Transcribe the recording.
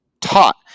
taught